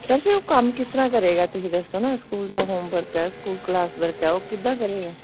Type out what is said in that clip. sir ਫਿਰ ਉਹ ਕੰਮ ਕਿਸ ਤਰ੍ਹਾਂ ਕਰੇਗਾ ਤੁਸੀਂ ਦੱਸੋ ਨਾ ਸਕੂਲ ਦਾ ਹੋਮਵਰਕ ਹੈ ਸਕੂਲ ਕਲਾਸ ਵਰਕ ਹੈ ਉਹ ਕਿੱਦਾਂ ਕਰੇਗਾ